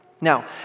Now